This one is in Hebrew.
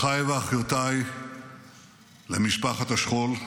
אחיי ואחיותיי למשפחת השכול,